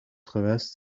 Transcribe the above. gewest